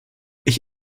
ich